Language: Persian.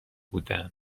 بودن